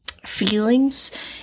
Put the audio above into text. feelings